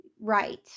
right